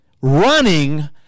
running